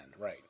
Right